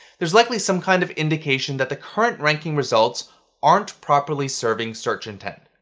there's likely some kind of indication that the current ranking results aren't properly serving search intent.